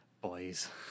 boys